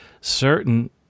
certain